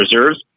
reserves